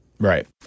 Right